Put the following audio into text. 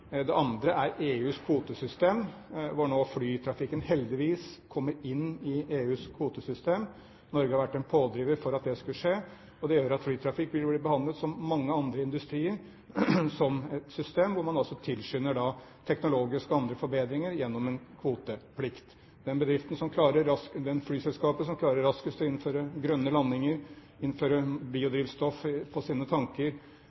Det andre er EUs kvotesystem, hvor flytrafikken nå heldigvis kommer inn i EUs kvotesystem. Norge har vært en pådriver for at det skulle skje, og det gjør at flytrafikk vil bli behandlet som mange andre industrier: som et system hvor man altså tilskynder teknologiske og andre forbedringer gjennom en kvoteplikt. Det flyselskapet som klarer raskest å innføre grønne landinger, innføre biodrivstoff på sine tanker,